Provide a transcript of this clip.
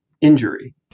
injury